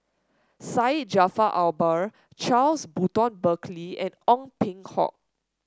Syed Jaafar Albar Charles Burton Buckley and Ong Peng Hock